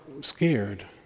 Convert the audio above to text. scared